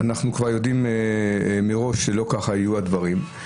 אנחנו כבר יודעים מראש שלא כך יהיו הדברים.